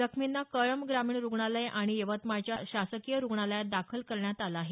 जखमींना कळंब ग्रामीण रुग्णालय आणि यवतमाळच्या शासकीय रुग्णालयात दाखल करण्यात आलं आहे